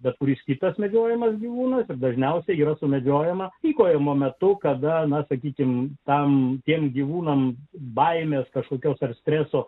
bet kuris kitas medžiojamas gyvūnas dažniausiai yra sumedžiojama tykojimo metu kada na sakykime tam kitiems gyvūnams baimės kažkokio streso